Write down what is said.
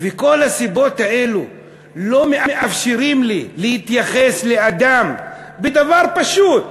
וכל הסיבות האלה לא מאפשרות לי להתייחס לאדם בדבר פשוט?